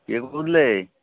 କିଏ କହୁଥିଲେ